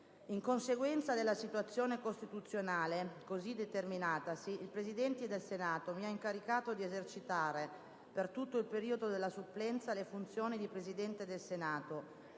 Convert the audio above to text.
In conseguenza della situazione costituzionale così determinatasi, il Presidente del Senato mi ha incaricato di esercitare per tutto il periodo della supplenza le funzioni di Presidente del Senato